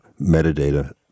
metadata